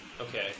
Okay